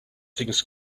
things